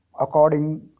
according